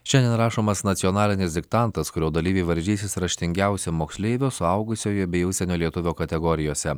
šiandien rašomas nacionalinis diktantas kurio dalyviai varžysis raštingiausio moksleivio suaugusiojo bei užsienio lietuvio kategorijose